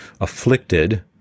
afflicted